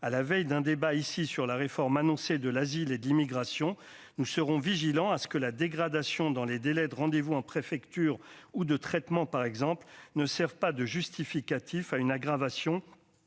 à la veille d'un débat ici sur la réforme annoncée de l'asile et d'immigration, nous serons vigilants à ce que la dégradation dans les délais de rendez-vous en préfecture ou de traitement par exemple ne serve pas de justificatif à une aggravation